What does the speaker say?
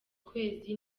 ukwezi